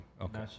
Okay